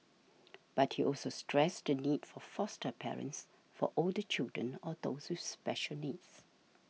but he also stressed the need for foster parents for older children or those with special needs